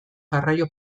garraio